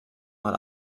mal